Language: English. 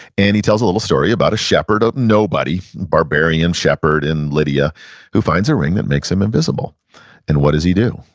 and he tells a little story about a shepard, a nobody, a barbarian shepard in lydia who finds a ring that makes him invisible and what does he do?